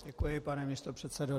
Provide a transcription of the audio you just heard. Děkuji, pane místopředsedo.